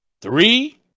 three